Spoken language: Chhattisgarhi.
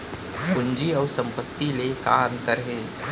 पूंजी अऊ संपत्ति ले का अंतर हे?